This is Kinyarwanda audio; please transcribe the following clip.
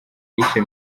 yishe